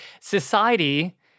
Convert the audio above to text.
Society